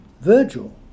Virgil